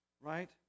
right